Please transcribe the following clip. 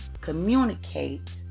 communicate